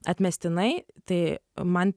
atmestinai tai man